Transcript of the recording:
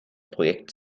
projekt